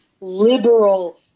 liberal